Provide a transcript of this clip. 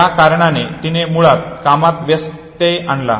त्या कारणाने तिने मुळात कामात व्यत्यय आणला